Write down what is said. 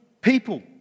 people